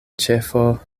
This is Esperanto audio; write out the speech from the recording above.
ĉefo